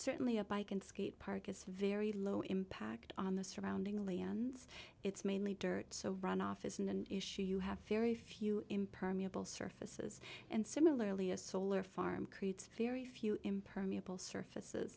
certainly a bike and skate park is very low impact on the surrounding leanne's it's mainly dirt so runoff isn't an issue you have very few impermeable surfaces and similarly a solar farm creates very few impermeable surfaces